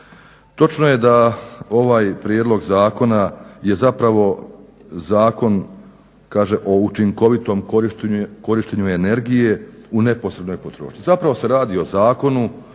Točno je da ovaj prijedlog zakona je zapravo Zakon o učinkovitom korištenju energije u neposrednoj potrošnji, zapravo se radi o zakonu